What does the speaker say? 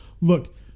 Look